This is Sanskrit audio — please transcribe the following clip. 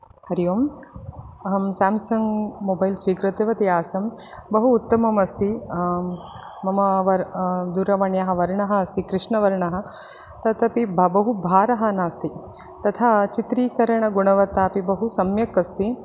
हरि ओम् अहं साम्सङ्ग् मोबैल् स्वीकृतवती आसम् बहु उत्तममस्ति मम वर् दूरवाण्याः वर्णः अस्ति कृष्णवर्णः तत् अपि बहु भारः नास्ति तथा चित्रीकरणगुणवत्ता अपि बहु सम्यक् अस्ति